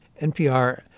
NPR